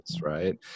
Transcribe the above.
right